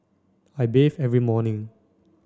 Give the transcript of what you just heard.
I bathe every morning